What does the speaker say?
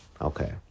Okay